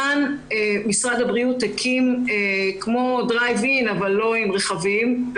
משרד הבריאות הקים משהו כמו דרייב-אין אבל לא עם רכבים,